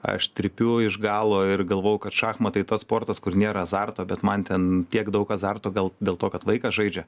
aš trypiu iš galo ir galvojau kad šachmatai tas sportas kur nėra azarto bet man ten tiek daug azarto gal dėl to kad vaikas žaidžia